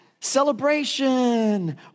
celebration